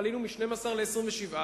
עלינו מ-12 ל-27,